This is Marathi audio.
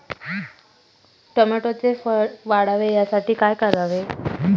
टोमॅटोचे फळ वाढावे यासाठी काय करावे?